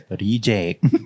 Reject